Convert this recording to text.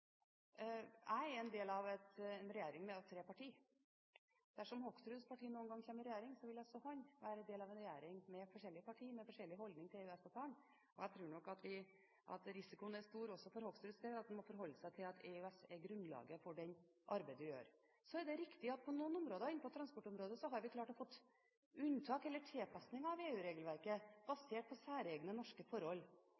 Jeg er en del av en regjering med tre partier. Dersom Hoksruds parti en gang kommer i regjering, vil også han være del av en regjering med forskjellige partier med forskjellig holdning til EØS-avtalen. Jeg tror nok at risikoen er stor, også for Hoksruds del, for at han må forholde seg til at EØS er grunnlaget for det arbeidet han gjør. Så er det riktig at på noen områder innenfor transport har vi klart å få unntak fra, eller tilpasning av,